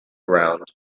round